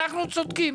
אנחנו צודקים.